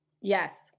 Yes